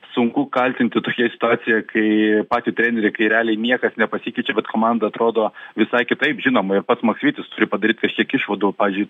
sunku kaltinti tokioj situacijoj kai patį trenerį kai realiai niekas nepasikeičia bet komanda atrodo visai kitaip žinoma ir pats maksvytis turi padaryt kažkiek išvadų pavyzdžiui